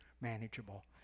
manageable